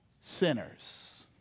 sinners